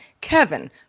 Kevin